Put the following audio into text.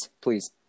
please